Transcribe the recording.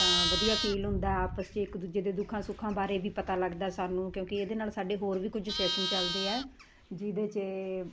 ਤਾਂ ਵਧੀਆ ਫੀਲ ਹੁੰਦਾ ਆਪਸ 'ਚ ਇੱਕ ਦੂਜੇ ਦੇ ਦੁੱਖਾਂ ਸੁੱਖਾਂ ਬਾਰੇ ਵੀ ਪਤਾ ਲੱਗਦਾ ਸਾਨੂੰ ਕਿਉਂਕਿ ਇਹਦੇ ਨਾਲ ਸਾਡੇ ਹੋਰ ਵੀ ਕੁਝ ਸੈਸ਼ਨ ਚਲਦੇ ਆ ਜਿਹਦੇ 'ਚ